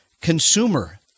consumer